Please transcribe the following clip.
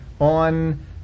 on